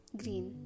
green